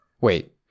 Wait